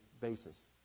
basis